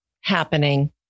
happening